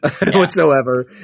whatsoever